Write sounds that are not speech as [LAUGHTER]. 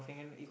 [BREATH]